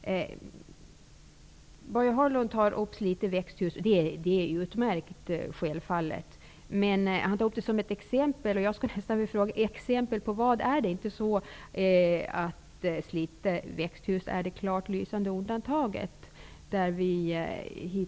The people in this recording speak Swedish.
Börje Hörnlund tar upp exemplet Slite Växthus, vilket självfallet är utmärkt. Men vad tar han upp det som exempel på? Är det inte så att Slite Växthus är det klart lysande undantaget?